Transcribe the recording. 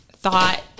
thought